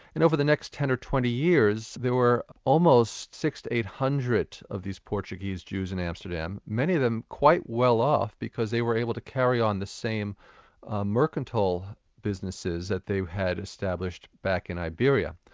and over the next ten or twenty years, there were almost six hundred to eight hundred of these portuguese jews in amsterdam, many of them quite well off because they were able to carry on the same mercantile businesses that they had established back in iberia.